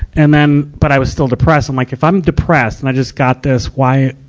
and then, but i was still depressed. i'm like, if i'm depressed and i just got this, why,